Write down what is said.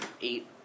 eight